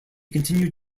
continued